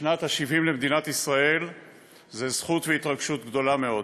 בשנה ה-70 למדינת ישראל זו זכות והתרגשות גדולה מאוד.